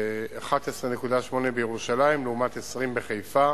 11.8 בירושלים לעומת 20 בחיפה